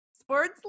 sports